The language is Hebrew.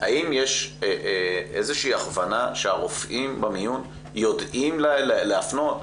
האם יש איזושהי הכוונה שהרופאים במיון יודעים להפנות?